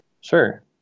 Sure